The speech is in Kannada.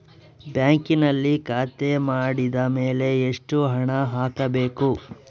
ಬ್ಯಾಂಕಿನಲ್ಲಿ ಖಾತೆ ಮಾಡಿದ ಮೇಲೆ ಎಷ್ಟು ಹಣ ಹಾಕಬೇಕು?